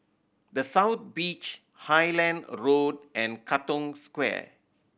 The South Beach Highland Road and Katong Square